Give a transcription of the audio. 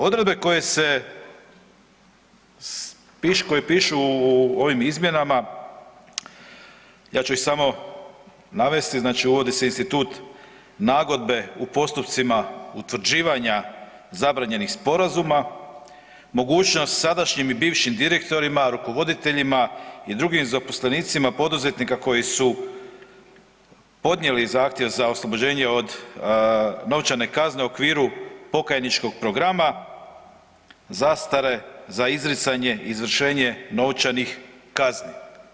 Odredbe koje se, koje pišu u ovim izmjenama ja ću ih samo navesti, znači uvodi se institut nagodbe u postupcima utvrđivanja zabranjenih sporazuma, mogućnost sadašnjim i bivšim direktorima, rukovoditeljima i drugim zaposlenicima poduzetnika koji su podnijeli zahtjev za oslobođenje od novčane kazne u okviru pokrajničkog programa, zastare za izricanje, izvršenje novčanih kazni.